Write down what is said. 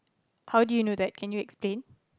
how do you know that can you explain